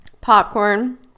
popcorn